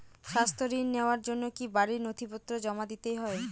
স্বাস্থ্য ঋণ নেওয়ার জন্য কি বাড়ীর নথিপত্র জমা দিতেই হয়?